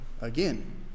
again